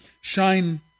shine